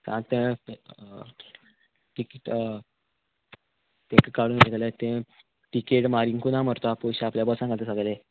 आं ते काडून टिकेट तांकां काडून उडयलें जाल्या टिकेट मारिकूं ना मरे तो पयशे आपल्या बोल्सां घालता सगले